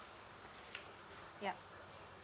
yup